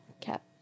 Cap